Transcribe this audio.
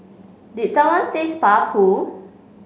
did someone say spa pool